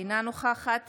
אינה נוכחת